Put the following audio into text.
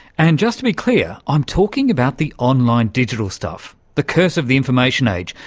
and just to be clear, i'm talking about the online digital stuff, the curse of the information age,